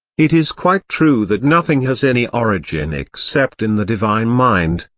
it is quite true that nothing has any origin except in the divine mind,